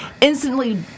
instantly